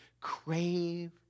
Crave